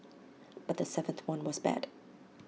but the seventh one was bad